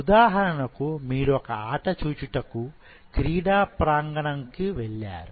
ఉదాహరణకు మీరు ఒక ఆట చూచుటకు క్రీడా ప్రాంగణంకు వెళ్లారు